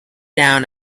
down